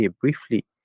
briefly